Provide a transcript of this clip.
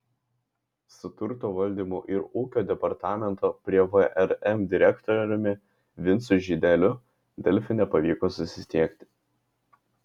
su turto valdymo ir ūkio departamento prie vrm direktoriumi vincu žydeliu delfi nepavyko susisiekti